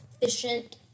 efficient